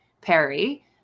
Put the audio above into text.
Perry